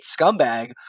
scumbag